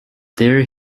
there